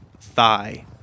thigh